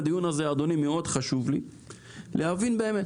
בדיון הזה חשוב לי מאוד להבין באמת